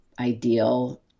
ideal